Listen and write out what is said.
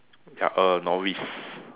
ya a novice